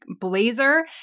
blazer